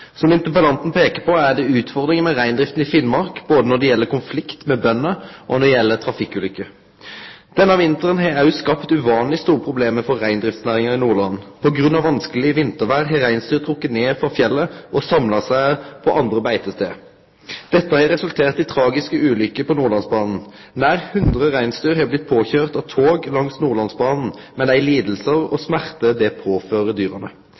Som interpellanten peikar på, er det utfordringar med reindrifta i Finnmark, både når det gjeld konflikt med bønder, og når det gjeld trafikkulykker. Denne vinteren har òg skapt uvanleg store problem for reindriftsnæringa i Nordland. På grunn av vanskeleg vintervêr har reinsdyr trekt ned frå fjellet og samla seg på andre beitestader. Dette har resultert i tragiske ulykker på Nordlandsbanen. Nær 100 reinsdyr har blitt påkjørt av tog langs Nordlandsbanen, med dei lidingar og smerter det